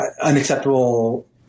unacceptable